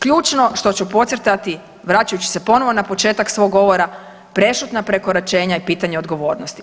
Ključno što ću podcrtati vraćajući se ponovo na početak svog govora, prešutna prekoračenja je pitanje odgovornosti.